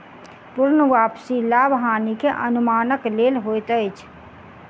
पूर्ण वापसी लाभ हानि के अनुमानक लेल होइत अछि